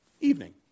evening